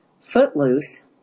Footloose